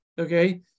okay